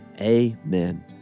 Amen